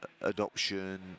adoption